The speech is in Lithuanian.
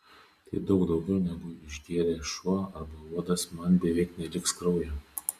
tai daug daugiau negu išgėrė šuo arba uodas man beveik neliks kraujo